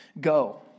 go